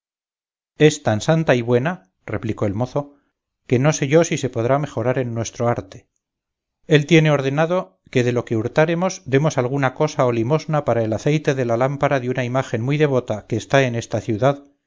es tan santa y buena replicó el mozo que no sé yo si se podrá mejorar en nuestro arte él tiene ordenado que de lo que hurtáremos demos alguna cosa o limosna para el aceite de la lámpara de una imagen muy devota que está en esta ciudad